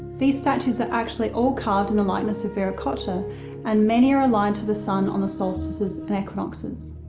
these statues are actually all carved in the likeness of viracocha and many are aligned to the sun on the solstices and equinoxes.